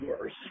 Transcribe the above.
worse